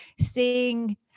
seeing